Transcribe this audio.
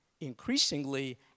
increasingly